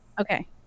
Okay